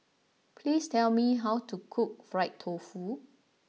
please tell me how to cook Fried Tofu